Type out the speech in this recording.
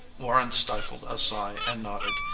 warren stifled a sigh and nodded.